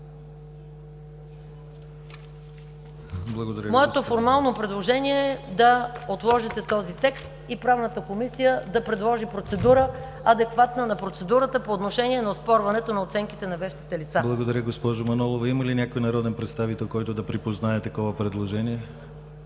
Моето формално предложение е да отложите този текст и Правната комисия да предложи процедура, адекватна на процедурата по отношение на оспорването на оценките на вещите лица. ПРЕДСЕДАТЕЛ ДИМИТЪР ГЛАВЧЕВ: Благодаря, госпожо Манолова. Има ли някой народен представител, който да припознае такова предложение?